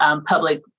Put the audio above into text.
public